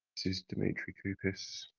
this is demetri couppis,